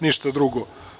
Ništa drugo.